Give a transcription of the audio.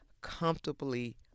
comfortably